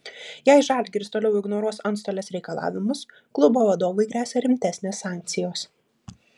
jei žalgiris toliau ignoruos antstolės reikalavimus klubo vadovui gresia rimtesnės sankcijos